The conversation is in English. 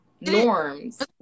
norms